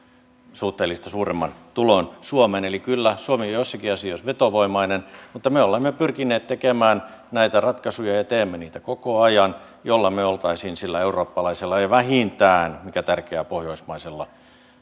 suhteellisesti suuremman tulon suomeen eli kyllä suomi on joissakin asioissa vetovoimainen mutta me olemme pyrkineet tekemään näitä ratkaisuja ja teemme niitä koko ajan joilla me olisimme sillä eurooppalaisella ja vähintään mikä tärkeää pohjoismaisella